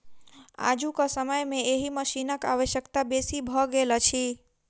आजुक समय मे एहि मशीनक आवश्यकता बेसी भ गेल अछि